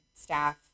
staff